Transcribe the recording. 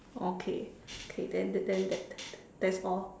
okay okay then that then that that's all